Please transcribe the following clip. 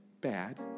Bad